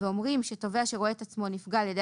אומרים שתובע שרואה את עצמו נפגע על ידי